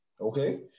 okay